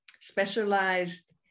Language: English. specialized